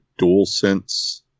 DualSense